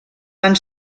van